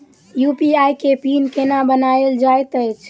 UPI केँ pin केना बनायल जाइत अछि